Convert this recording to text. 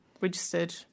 registered